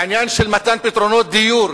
בעניין של מתן פתרונות דיור,